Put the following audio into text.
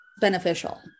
beneficial